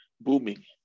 booming